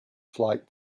flight